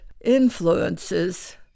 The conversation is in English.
influences